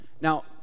Now